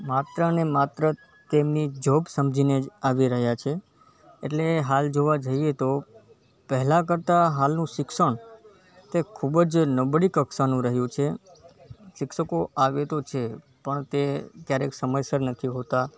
માત્ર અને માત્ર તેમની જૉબ સમજીને જ આવી રહ્યા છે એટલે હાલ જોવા જઈએ તો પહેલા કરતા હાલનું શિક્ષણ તે ખૂબ જ નબળી કક્ષાનું રહ્યું છે શિક્ષકો આવે તો છે પણ તે ક્યારેક સમયસર નથી હોતા